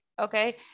Okay